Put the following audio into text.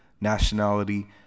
nationality